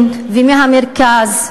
חברי הכנסת מהימין ומהמרכז,